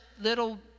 little